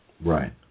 Right